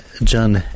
John